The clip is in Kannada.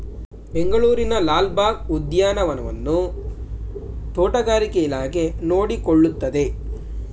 ಬೆಂಗಳೂರಿನ ಲಾಲ್ ಬಾಗ್ ಉದ್ಯಾನವನವನ್ನು ತೋಟಗಾರಿಕೆ ಇಲಾಖೆ ನೋಡಿಕೊಳ್ಳುತ್ತದೆ